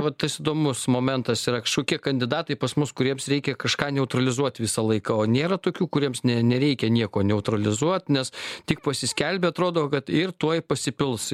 va tas įdomus momentas yra kažkokie kandidatai pas mus kuriems reikia kažką neutralizuot visą laiką o nėra tokių kuriems nereikia nieko neutralizuot nes tik pasiskelbė atrodo kad ir tuoj pasipils